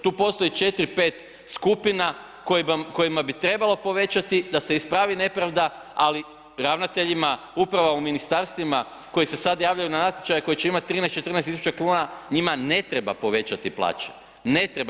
Tu postoji 4, 5 skupina kojima bi trebalo povećati da se ispravi nepravda ali ravnateljima uprava u ministarstvima koji se sada javljaju na natječaje koji će imati 13, 14 tisuća kuna njima ne treba povećati plaće, ne treba.